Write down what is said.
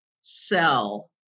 sell